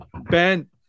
Ben